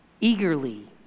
eagerly